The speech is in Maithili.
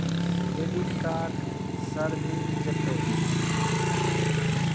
क्रेडिट कार्ड सर मिल जेतै?